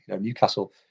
Newcastle